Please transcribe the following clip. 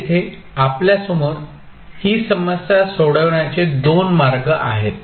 आता येथे आपल्यासमोर ही समस्या सोडवण्याचे दोन मार्ग आहेत